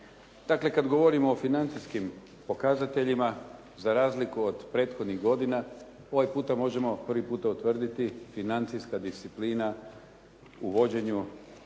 Dakle, kada govorimo o financijskim pokazateljima, za razliku od prethodnih godina, ovaj puta možemo prvi puta utvrditi financijska disciplina u vođenju